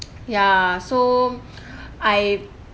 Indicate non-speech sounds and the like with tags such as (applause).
ya so (breath) I